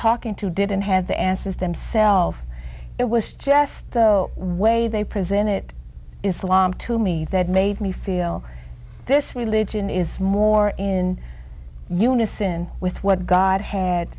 talking to didn't have the answers themselves it was just the way they presented islam to me that made me feel this religion is more in unison with what god had